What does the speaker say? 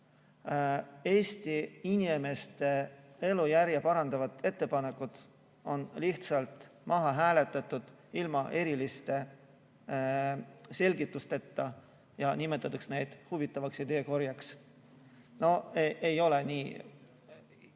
Eesti inimeste elujärge parandavat ettepanekut on lihtsalt maha hääletatud, ilma eriliste selgitusteta, ja neid nimetatakse huvitavaks ideekorjeks. No ei ole nii,